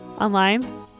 online